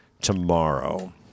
tomorrow